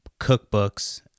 cookbooks